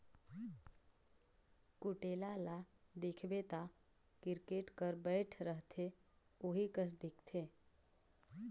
कुटेला ल देखबे ता किरकेट कर बैट रहथे ओही कस दिखथे